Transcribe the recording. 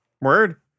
Word